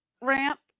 ramp